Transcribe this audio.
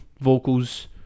vocals